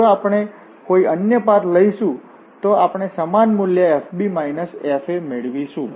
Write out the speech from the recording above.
જો આપણે કોઈ અન્ય પાથ લઈશું તો આપણે સમાન મૂલ્ય fb f મેળવીશું